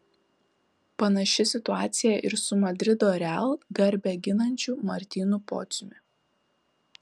panaši situacija ir su madrido real garbę ginančiu martynu pociumi